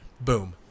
boom